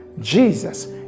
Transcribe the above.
Jesus